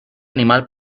animal